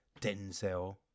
Denzel